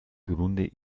grunde